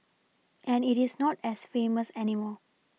and it is not as famous anymore